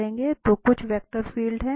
तो कुछ vector field हैं